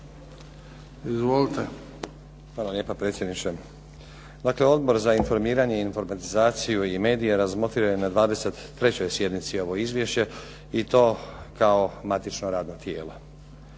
(SDP)** Hvala lijepa predsjedniče. Odbor za informiranje, informatizaciju i medije razmotrio je na 23. sjednici ovo izvješće i to kao matično radno tijelo.